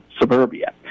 suburbia